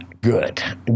Good